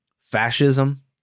fascism